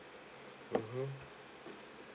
mmhmm